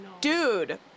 dude